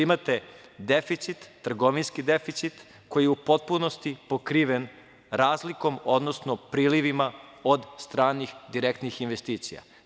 Imate trgovinski deficit koji je u potpunosti pokriven razlikom, odnosno prilivima od stranih direktnih investicija.